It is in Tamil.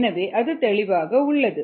எனவே அது தெளிவாக உள்ளது